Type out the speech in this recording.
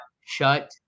shut